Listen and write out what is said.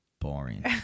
boring